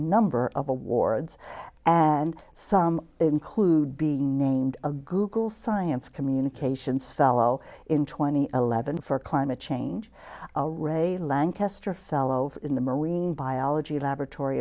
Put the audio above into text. number of awards and some include be named a google science communications fellow in twenty eleven for climate change a ray lankester fellow in the marine biology laboratory